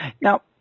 Now